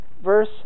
Verse